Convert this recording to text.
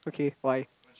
okay why